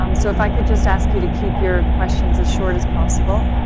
um so if i could just ask you to keep your questions as short as possible